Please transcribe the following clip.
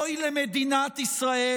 אוי למדינת ישראל,